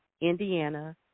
Indiana